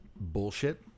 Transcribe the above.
bullshit